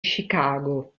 chicago